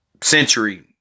century